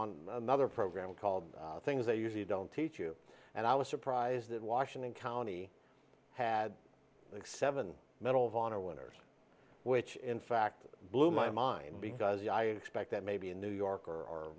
on another program called things that usually don't teach you and i was surprised that washington county had like seven medal of honor winners which in fact blew my mind because i expect that maybe in new york or